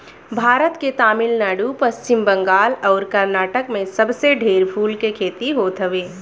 भारत के तमिलनाडु, पश्चिम बंगाल अउरी कर्नाटक में सबसे ढेर फूल के खेती होत हवे